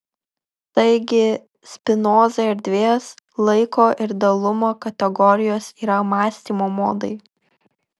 taigi spinozai erdvės laiko ir dalumo kategorijos yra mąstymo modai